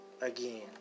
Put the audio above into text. Again